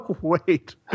Wait